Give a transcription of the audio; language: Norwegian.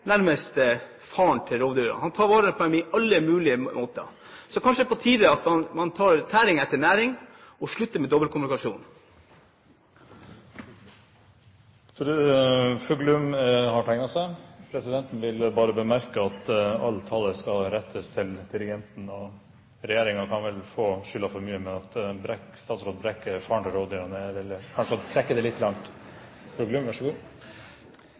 nærmest er faren til rovdyrene. Han tar vare på dem på alle mulige måter. Så kanskje det er på tide at man setter tæring etter næring, og slutter med dobbeltkommunikasjon. Presidenten vil bare bemerke at all tale skal rettes til presidenten. Regjeringen kan vel få skylda for mye, men at statsråd Brekk er faren til rovdyrene, er vel kanskje å trekke det litt langt.